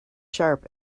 sharp